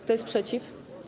Kto jest przeciw?